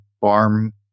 farm